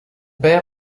père